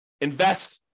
invest